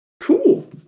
cool